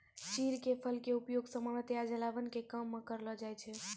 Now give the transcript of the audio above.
चीड़ के फल के उपयोग सामान्यतया जलावन के काम मॅ करलो जाय छै